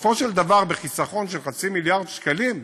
בסופו של דבר בחיסכון של חצי מיליארד שקלים,